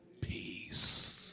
peace